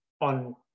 on